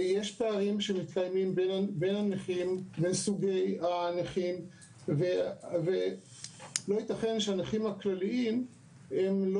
יש פערים בין סוגי הנכים ולא ייתכן שהנכים הכלליים לא